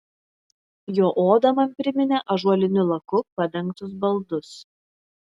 jo oda man priminė ąžuoliniu laku padengtus baldus